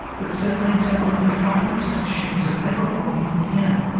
but said lance had only a five percent chance of ever walking again.